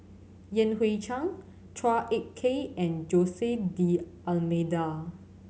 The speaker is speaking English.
Yan Hui Chang Chua Ek Kay and Jose D'Almeida